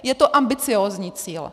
Je to ambiciózní cíl.